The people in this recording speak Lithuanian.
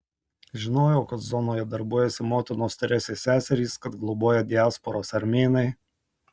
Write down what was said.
žinojau kad zonoje darbuojasi motinos teresės seserys kad globoja diasporos armėnai